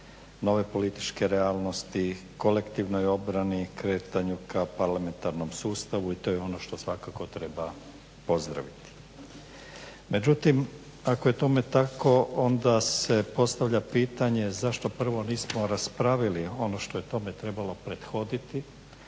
nove političke realnosti, kolektivnoj obrani, kretanju ka parlamentarnom sustavu i to je ono što svakako treba pozdraviti. Međutim, ako je tome tako onda se postavlja pitanje zašto prvo nismo raspravili ono što je tome trebalo prethoditi,